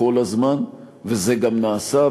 וזה גם נעשה,